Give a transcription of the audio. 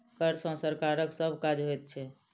कर सॅ सरकारक सभ काज होइत छै